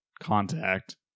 contact